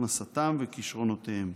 הכנסתם וכישרונותיהם.